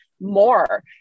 more